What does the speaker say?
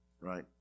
right